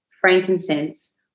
frankincense